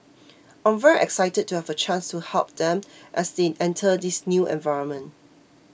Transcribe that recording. I'm very excited to have a chance to help them as they enter this new environment